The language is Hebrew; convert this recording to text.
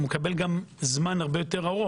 מקבל גם יותר זמן,